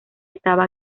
estaba